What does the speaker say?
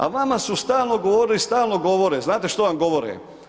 A vama su stalno govorili i stalno govore, znate što vam govore?